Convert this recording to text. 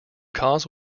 cause